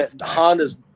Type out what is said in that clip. Honda's